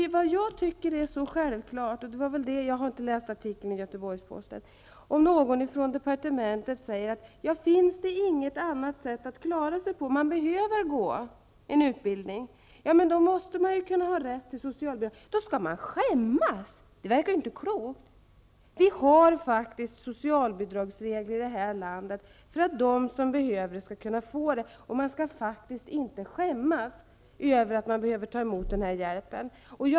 Jag har inte läst den nämnda artikeln i Göteborgs-Posten. Men jag tycker att det är självklart, att om man behöver gå en utbildning och inte har något annat sätt att klara sig på, måste man ha rätt till socialbidrag. Men då skall man enligt Ingvar Johnsson skämmas! Det verkar inte klokt. Vi har faktiskt socialbidragsregler i det här landet för att de som behöver bidrag skall kunna få det. Man skall inte behöva skämmas över att ta emot den hjälpen.